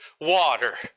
water